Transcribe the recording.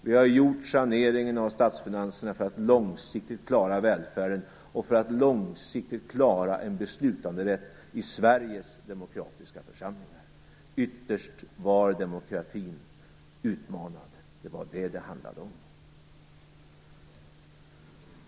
Vi har gjort saneringen av statsfinanserna för att långsiktigt klara välfärden och för att långsiktigt klara en beslutanderätt i Sveriges demokratiska församlingar. Ytterst var demokratin utmanad. Det var det som det handlade om.